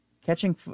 Catching